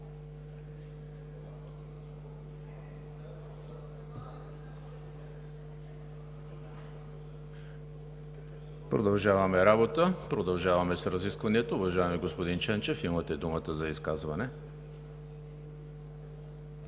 продължаваме работа с разискванията. Уважаеми господин Ченчев, имате думата за изказване.